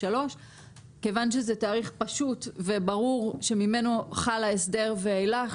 כיוון שזה תאריך פשוט וברור שממנו חל ההסדר ואילך,